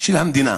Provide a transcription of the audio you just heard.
של המדינה,